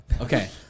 Okay